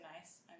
nice